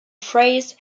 phrase